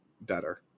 better